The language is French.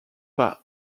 par